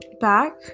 back